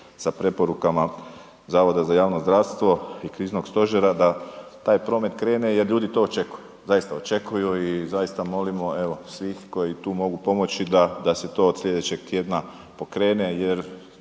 sa preporukama Zavoda za javno zdravstvo i kriznog stožera da taj promete krene jer ljudi to očekuju, zaista očekuju i zaista molimo evo svih koji tu mogu pomoći, da se to od slijedećeg tjedna pokrene